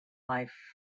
life